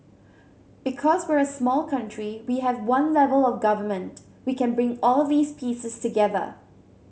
because we're a small country we have one level of Government we can bring all these pieces together